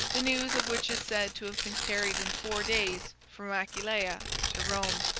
the news of which is said to have been carried in four days from aquileia to rome.